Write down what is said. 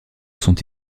sont